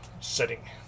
setting